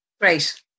Great